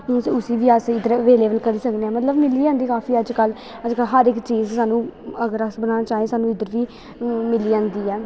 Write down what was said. उसी बी अस इध्दर अवेलेवल करी सकनें आं मतलव मिली जंदी काफी अज्ज कल अज्ज कल हर इक चीज़ साह्नू अगर असबनान चाह्न साह्नू इध्दर बी मिली जंदी ऐ